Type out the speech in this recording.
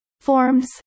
Forms